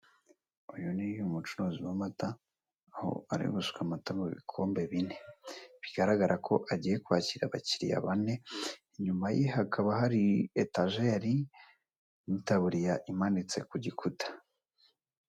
Uyu ni umucuruzi w'amata aho ari gusuka amata mu bikombe bine, bigararagra ko agiye kwakira abakiriya bane, inyuma ye hakaba hari etajeri n'itaburiya imanitse ku gikuta.